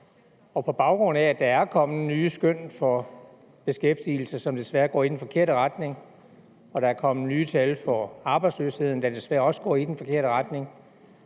På baggrund af at der er kommet nye skøn for beskæftigelsen, som desværre går i den forkerte retning, og at der er kommet nye tal for arbejdsløsheden, der desværre også går i den forkerte retning,